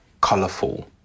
colourful